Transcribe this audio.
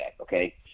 okay